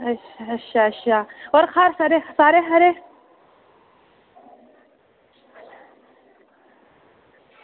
अच्छा अच्छा होर घर सारे खरे